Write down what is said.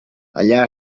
allà